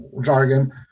jargon